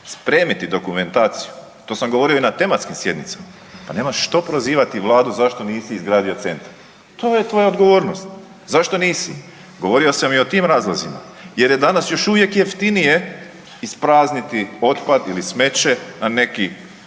spremiti dokumentaciju, to sam govorio i na tematskim sjednicama pa nemaš što prozivati Vladu zašto nisi izgradio centar, to je tvoja odgovornost, zašto nisi. Govorio sam i o tim razlozima jer je danas još uvijek jeftinije isprazniti otpad ili smeće na neki